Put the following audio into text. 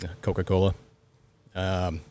Coca-Cola